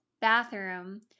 bathroom